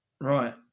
Right